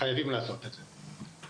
חייבים לעשות את זה.